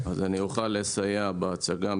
אז אני אוכל לסייע בהצגה.